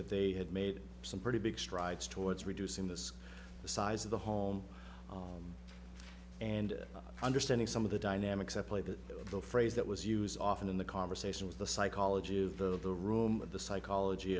that they had made some pretty big strides towards reducing the size of the home and understanding some of the dynamics at play that little phrase that was used often in the conversation was the psychology of the room of the psychology